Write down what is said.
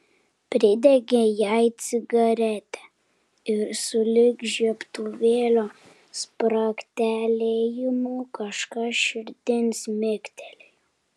pridegė jai cigaretę ir sulig žiebtuvėlio spragtelėjimu kažkas širdin smigtelėjo